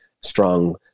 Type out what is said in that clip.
strong